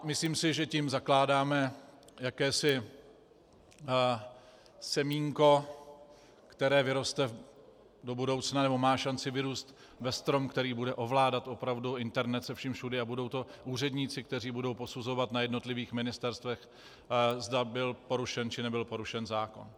Myslím si, že tím zakládáme jakési semínko, které vyroste do budoucna, nebo má šanci vyrůst ve strom, který bude ovládat opravdu internet se vším všudy, a budou to úředníci, kteří budou posuzovat na jednotlivých ministerstvech, zda byl porušen, či nebyl porušen zákon.